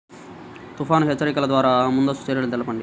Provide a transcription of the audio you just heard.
తుఫాను హెచ్చరికల ద్వార ముందస్తు చర్యలు తెలపండి?